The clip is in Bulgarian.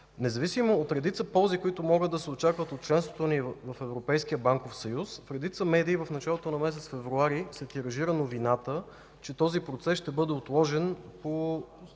Независимо от редица ползи, които могат да се очакват от членството ни в Европейския банков съюз, в редица медии в началото на месец февруари се тиражира новината, че този процес ще бъде отложен по